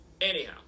Anyhow